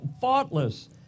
faultless